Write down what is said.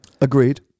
agreed